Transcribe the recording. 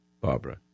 Barbara